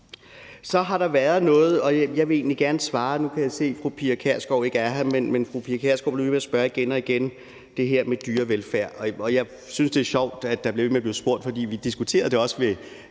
Så har der været nogle spørgsmål, og jeg vil egentlig gerne svare, og nu kan jeg se, at fru Pia Kjærsgaard ikke er her. Men fru Pia Kjærsgaard blev ved med at spørge – igen og igen – om det her med dyrevelfærd, og jeg synes, det er sjovt, at der bliver ved med at blive spurgt om det, for vi diskuterede det også, da